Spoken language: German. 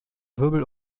wirbel